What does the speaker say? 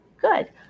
good